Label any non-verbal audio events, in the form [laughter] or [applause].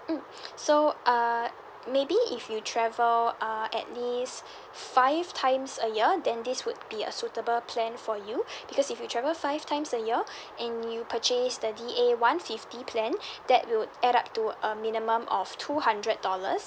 mm [breath] so uh maybe if you travel uh at least five times a year then this would be a suitable plan for you [breath] because if you travel five times a year [breath] and you purchase the D A one fifty plan [breath] that would add up to a minimum of two hundred dollars